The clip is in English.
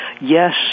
Yes